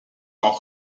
sont